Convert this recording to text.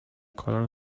kolan